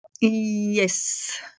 Yes